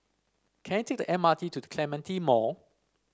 can I take the M R T to The Clementi Mall